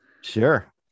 Sure